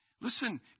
Listen